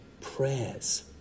prayers